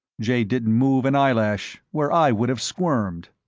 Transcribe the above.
jay didn't move an eyelash, where i would have squirmed,